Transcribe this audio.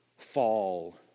fall